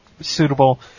suitable